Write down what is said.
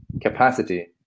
capacity